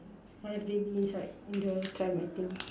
I have baby inside in the pram I think